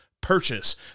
purchase